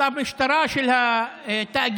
כתב משטרה של התאגיד,